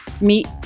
meet